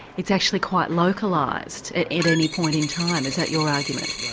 it's actually quite localised at at any point in time, is that your argument? right,